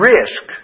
Risk